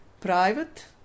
private